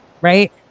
right